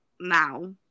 now